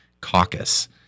caucus